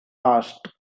asked